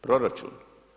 Proračun?